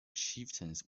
chieftains